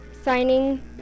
signing